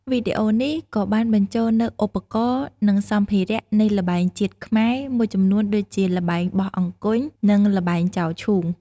វីដេអូនេះក៏បានបញ្ចូលនូវឧបករណ៍ និងសម្ភារៈនៃល្បែងជាតិខ្មែរមួយចំនួនដូចជា ល្បែងបោះអង្គញ់ និងល្បែងចោលឈូង។